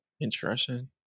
Interesting